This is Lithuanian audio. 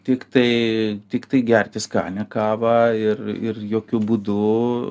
tiktai tiktai gerti skanią kavą ir ir jokiu būdu